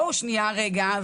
בואו שנייה רגע,